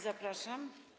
Zapraszam.